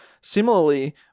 Similarly